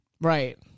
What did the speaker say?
right